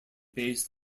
based